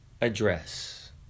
address